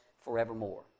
forevermore